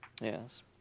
Yes